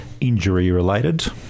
injury-related